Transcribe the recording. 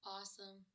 Awesome